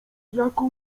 jaką